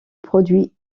produit